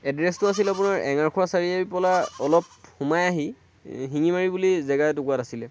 এড্ৰেছটো আছিলে আপোনাৰ এঙাৰখোৱা চাৰিআলিৰ পৰা অলপ সোমাই আহি শিঙিমাৰি বুলি জেগা এটুকুৰাত আছিলে